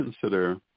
consider